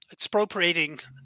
expropriating